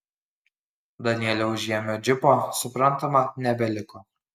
danieliaus žiemio džipo suprantama nebeliko